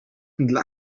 dla